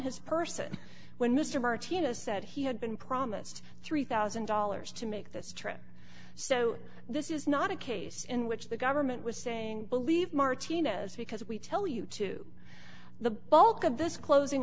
his person when mr martinez said he had been promised three thousand dollars to make this trip so this is not a case in which the government was saying believe martinez because we tell you to the bulk of this closing